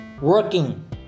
working